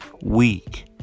week